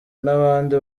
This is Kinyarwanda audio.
n’abandi